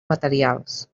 materials